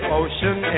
ocean